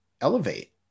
elevate